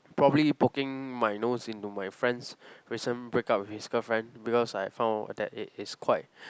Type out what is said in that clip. probably poking my nose into my friend's recent breakup with his girlfriend because I found out that it is quite